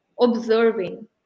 observing